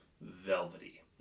velvety